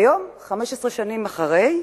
היום, 15 שנים אחרי,